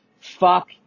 fuck